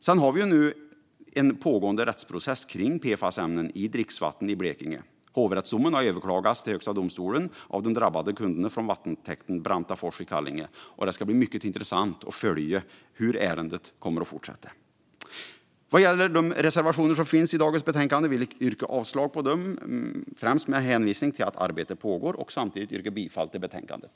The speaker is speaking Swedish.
Sedan har vi ju nu en pågående rättsprocess kring PFAS-ämnen i dricksvatten i Blekinge. Hovrättsdomen har överklagats till Högsta domstolen av de drabbade kunderna vid vattentäkten Brantafors i Kallinge, och det ska bli mycket intressant att följa hur ärendet kommer att fortsätta. De reservationer som finns i dagens betänkande yrkar jag avslag på, främst med hänvisning till att arbete pågår. Jag yrkar också bifall till förslaget i betänkandet.